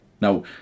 Now